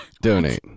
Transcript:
Donate